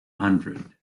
hundred